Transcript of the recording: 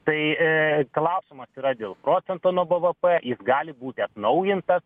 tai e klausimas yra dėl procento nuo b v p jis gali būti atnaujintas